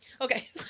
okay